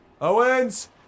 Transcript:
Owens